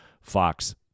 Fox